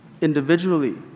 individually